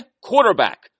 quarterback